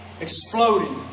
exploding